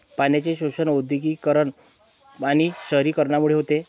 पाण्याचे शोषण औद्योगिकीकरण आणि शहरीकरणामुळे होते